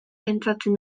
pentsatzen